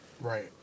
Right